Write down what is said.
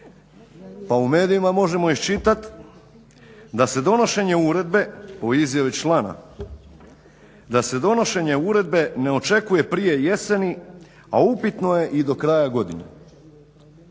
uredbe, po izjavi člana, da se donošenje uredbe ne očekuje prije jeseni a upitno je i do kraja godine.